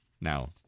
now